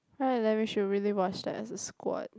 right then we should really watch that as a squad